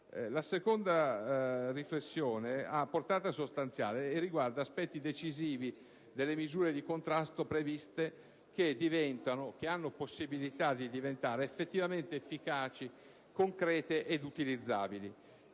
La seconda riflessione ha una portata sostanziale e concerne aspetti decisivi delle misure di contrasto previste, che hanno possibilità di diventare effettivamente efficaci, concrete e utilizzabili.